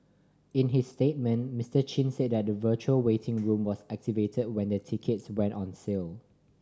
in his statement Mister Chin said that the virtual waiting room was activate when the tickets went on sale